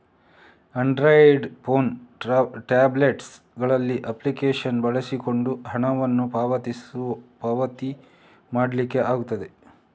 Android phone, tablet ಗಳಲ್ಲಿ application ಬಳಸಿಕೊಂಡು ಹಣವನ್ನ ಪಾವತಿ ಮಾಡ್ಲಿಕ್ಕೆ ಆಗ್ತದೆ